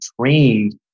trained